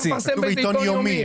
כתוב "עיתון יומי".